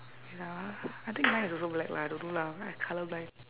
wait ah I think mine is also black lah I don't know lah I colour blind